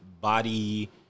body